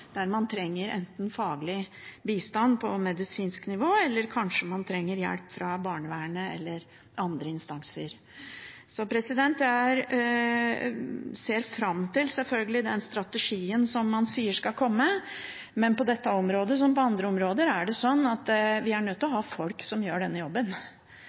der man trenger faglig bistand på medisinsk nivå, eller kanskje man trenger hjelp fra barnevernet eller andre instanser. Jeg ser sjølsagt fram til den strategien som man sier skal komme, men på dette området som på andre områder er det slik at vi er nødt til å ha folk som gjør denne jobben.